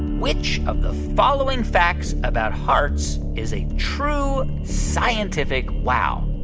which of the following facts about hearts is a true scientific wow?